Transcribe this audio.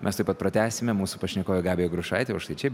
mes tuoj pat pratęsime mūsų pašnekovė gabija grušaitė o štai čia